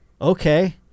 okay